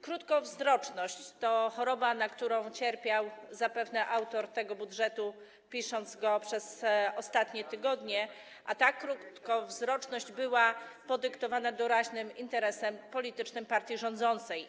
Krótkowzroczność to choroba, na którą zapewne cierpiał autor tego budżetu, pisząc go przez ostatnie tygodnie, a ta krótkowzroczność była podyktowana doraźnym interesem politycznym partii rządzącej.